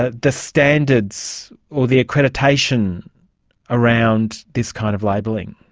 ah the standards or the accreditation around this kind of labelling?